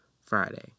Friday